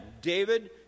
David